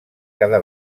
cada